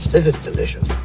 this is delicious